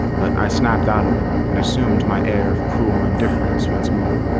but i snapped out of it and assumed my air of cruel indifference once more.